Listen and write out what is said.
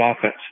offense